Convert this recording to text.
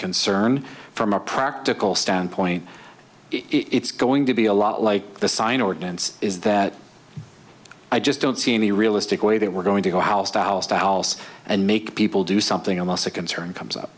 concern from a practical standpoint it's going to be a lot like the sign ordinance is that i just don't see any realistic way that we're going to go house to house to house and make people do something else a concern comes up